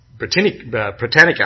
Britannica